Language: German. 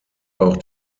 auch